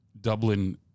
Dublin